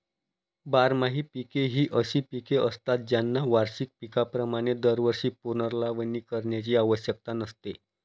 बारमाही पिके ही अशी पिके असतात ज्यांना वार्षिक पिकांप्रमाणे दरवर्षी पुनर्लावणी करण्याची आवश्यकता नसते